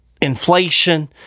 inflation